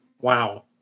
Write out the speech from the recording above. Wow